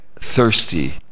thirsty